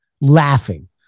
laughing